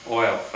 oil